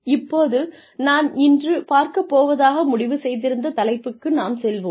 இப்போது நான் இன்று பார்க்கப் போவதாக முடிவு செய்திருந்த தலைப்புக்கு நாம் செல்வோம்